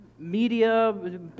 media